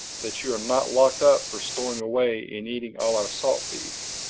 that you are not locked up for stowing away and eating all our salt beef.